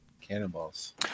Cannonballs